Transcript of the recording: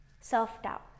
Self-doubt